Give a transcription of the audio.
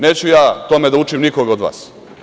Neću ja tome da učim nikoga od vas.